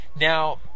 now